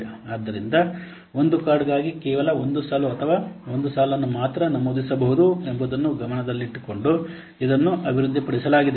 ಆದ್ದರಿಂದ ಒಂದು ಕಾರ್ಡ್ಗಾಗಿ ಕೇವಲ ಒಂದು ಸಾಲು ಅಥವಾ ಒಂದು ಸಾಲನ್ನು ಮಾತ್ರ ನಮೂದಿಸಬಹುದು ಎಂಬುದನ್ನು ಗಮನದಲ್ಲಿಟ್ಟುಕೊಂಡು ಇದನ್ನು ಅಭಿವೃದ್ಧಿಪಡಿಸಲಾಗಿದೆ